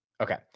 Okay